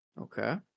Okay